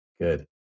good